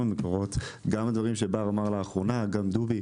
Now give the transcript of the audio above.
מקורות: גם הדברים שבר אמר לאחרונה; גם דובי.